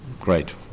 Great